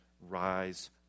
rise